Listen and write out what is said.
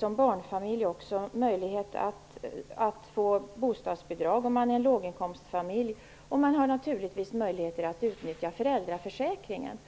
Som barnfamilj har man också möjlighet att få bostadsbidrag, om man är en låginkomstfamilj, och naturligtvis kan man också utnyttja föräldraförsäkringen.